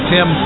Tim